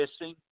missing